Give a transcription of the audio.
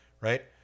right